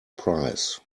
price